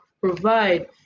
provide